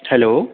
hello